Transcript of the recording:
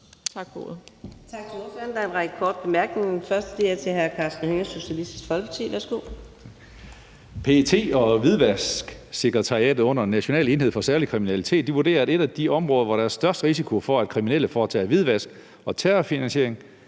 Tak til ordføreren. Der er en række korte bemærkninger. Den første er til hr. Karsten Hønge, Socialistisk Folkeparti. Værsgo. Kl. 13:53 Karsten Hønge (SF): PET og Hvidvasksekretariatet under National enhed for Særlig Kriminalitet vurderer, at et af de områder, hvor der er størst risiko for, at kriminelle foretager hvidvask og terrorfinansiering,